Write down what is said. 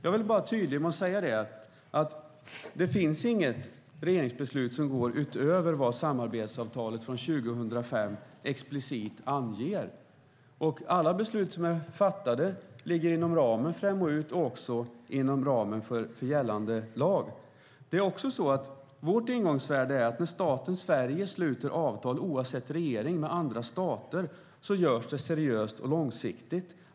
Jag vill vara tydlig med att det inte finns något regeringsbeslut som går utöver vad samarbetsavtalet från 2005 explicit anger. Alla beslut som är fattade ligger inom ramen för MoU och också inom ramen för gällande lag. Vårt ingångsvärde är att när staten Sverige sluter avtal med andra stater, oavsett regering, görs det seriöst och långsiktigt.